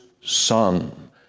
son